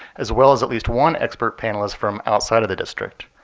as well as at least one expert panelist from outside of the district.